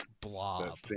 blob